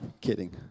Kidding